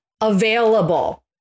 available